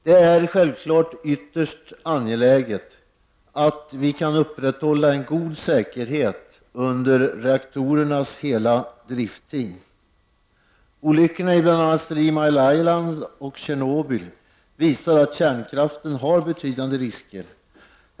Det är självklart ytterst angeläget att vi kan upprätthålla en god säkerhet under reaktorernas hela driftstid. Olyckorna i bl.a. Three Mile Island och Tjernobyl visar att kärnkraften har betydande risker.